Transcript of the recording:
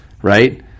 Right